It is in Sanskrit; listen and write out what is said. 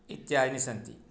इत्यादि सन्ति